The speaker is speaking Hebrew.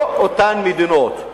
לא אותן מדינות,